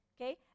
okay